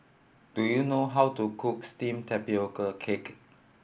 do you know how to cook steamed tapioca cake